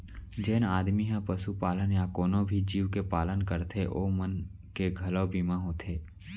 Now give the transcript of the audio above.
जेन आदमी ह पसुपालन या कोनों भी जीव के पालन करथे ओ मन के घलौ बीमा होथे